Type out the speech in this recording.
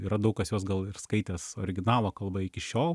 yra daug kas juos gal ir skaitęs originalo kalba iki šiol